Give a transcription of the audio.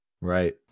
Right